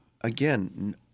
again